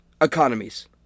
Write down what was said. economies